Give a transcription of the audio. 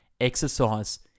Exercise